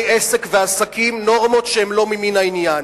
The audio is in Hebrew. עסק ועסקים נורמות שהן לא ממין העניין.